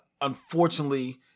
unfortunately